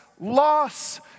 loss